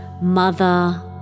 mother